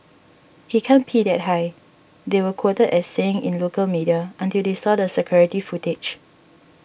he can't pee that high they were quoted as saying in local media until they saw the security footage